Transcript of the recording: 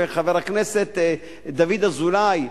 וחבר הכנסת דוד אזולאי,